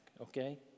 okay